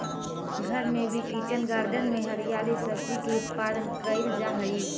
घर में भी किचन गार्डन में हरिअर सब्जी के उत्पादन कैइल जा हई